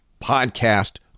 podcast